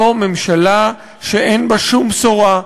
זו ממשלה שאין בה שום בשורה,